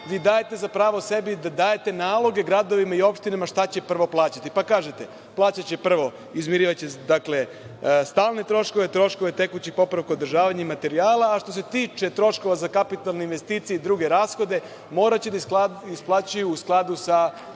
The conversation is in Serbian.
dajete za pravo sebi da dajete naloge gradovima i opštinama šta će prvo plaćati. Kažete, izmirivaće stalne troškove, troškove tekuće popravke, održavanje i materijala, a što se tiče troškova za kapitalne investicije i druge rashode, moraće da isplaćuju u skladu sa